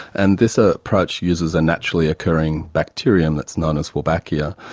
and this ah approach uses a naturally occurring bacterium that is known as wolbachia.